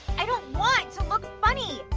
i don't want to look funny.